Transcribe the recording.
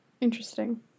Interesting